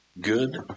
Good